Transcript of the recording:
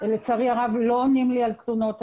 לצערי הרב, לא עונים לי על תלונות.